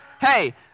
Hey